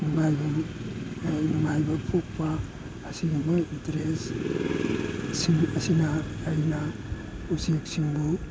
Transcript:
ꯅꯨꯡꯉꯥꯏꯕ ꯄꯣꯛꯄ ꯑꯁꯤꯒꯨꯝꯕ ꯏꯟꯇꯔꯦꯁ ꯁꯤꯡ ꯑꯁꯤꯅ ꯑꯩꯅ ꯎꯆꯦꯛꯁꯤꯡꯕꯨ